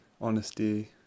honesty